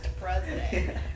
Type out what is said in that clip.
president